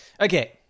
Okay